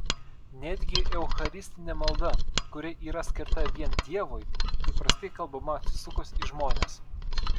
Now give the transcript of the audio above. netgi eucharistinė malda kuri yra skirta vien dievui įprastai kalbama atsisukus į žmones